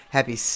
Happy